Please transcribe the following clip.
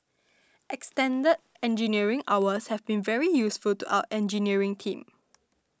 extended engineering hours have been very useful to our engineering team